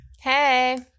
Hey